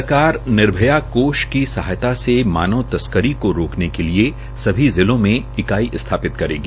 सरकार निर्भया कोष की सहायता से मानव तस्करी को रोकने के लिए सभी जिलों में इकाई सथापित करेगी